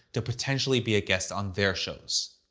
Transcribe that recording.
to potentially be a guest on their shows.